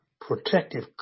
protective